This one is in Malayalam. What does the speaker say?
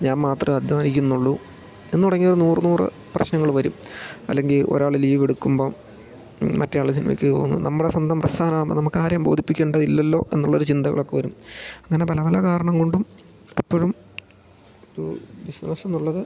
ഞാൻ മാത്രം അധ്വാനിക്കുന്നുള്ളൂ എന്നു തുടങ്ങിയ ഒരു നൂറ് നൂറ് പ്രശ്നങ്ങൾ വരും അല്ലെങ്കിൽ ഒരാൾ ലീവെടുക്കുമ്പം മറ്റൊരാൾ സിനമയ്ക്ക് പോവുന്നു നമ്മുടെ സ്വന്തം പ്രസ്ഥാനമാവുമ്പോൾ നമുക്കാരേയും ബോധിപ്പിക്കേണ്ടതില്ലല്ലോ എന്നുള്ളൊരു ചിന്തകളൊക്ക വരും അങ്ങനെ പല പല കാരണം കൊണ്ടും എപ്പോഴും ഒരു ബിസിനസ്സെന്നുള്ളത്